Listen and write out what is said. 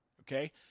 Okay